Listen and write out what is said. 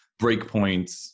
breakpoints